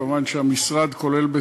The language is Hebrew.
כמובן, פעילות